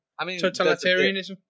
totalitarianism